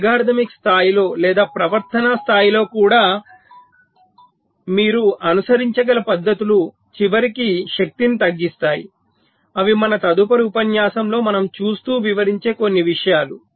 algorithmic స్థాయిలో లేదా ప్రవర్తన స్థాయిలో కూడా మీరు అనుసరించగల పద్ధతులు చివరికి శక్తి ని తగ్గిస్తాయి అవి మన తదుపరి ఉపన్యాసంలో మనం చూస్తూ వివరించే కొన్ని విషయాలు